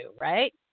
right